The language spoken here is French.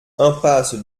impasse